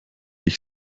ich